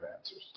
answers